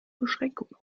beschränkungen